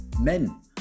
Men